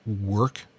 work